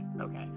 okay